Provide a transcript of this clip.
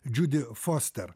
džiudi foster